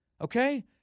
Okay